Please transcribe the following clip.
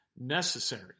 necessary